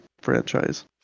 franchise